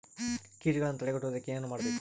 ಕೇಟಗಳನ್ನು ತಡೆಗಟ್ಟುವುದಕ್ಕೆ ಏನು ಮಾಡಬೇಕು?